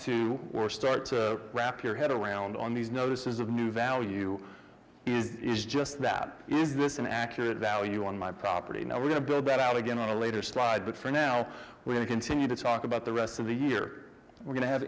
to or start to wrap your head around on these notices of new value is just that is this an accurate value on my property now we're going to build that out again on a later slide but for now we're going to continue to talk about the rest of the year we're going to have